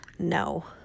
no